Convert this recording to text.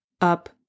up